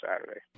saturday